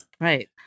Right